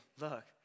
look